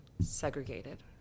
segregated